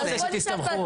לא רוצה שתסתמכו.